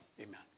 amen